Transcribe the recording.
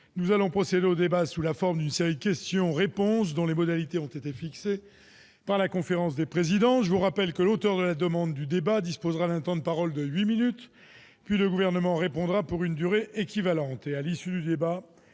Nous allons procéder au débat sous la forme d'une série de questions-réponses dont les modalités ont été fixées par la conférence des présidents. Je vous rappelle que l'auteur de la demande du débat disposera d'un temps de parole de huit minutes, puis le Gouvernement répondra pour une durée équivalente.